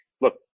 Look